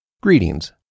Greetings